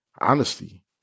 honesty